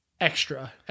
extra